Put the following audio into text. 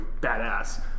badass